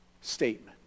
statement